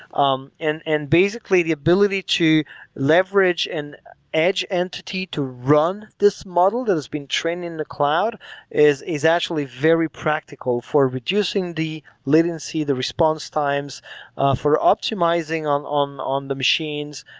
um and and basically, the ability to leverage an edge entity to run this model that has been trained in the cloud is is actually very practical for reducing the latency, the response times for optimizing on on the machines.